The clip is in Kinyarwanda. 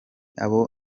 abo